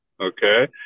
okay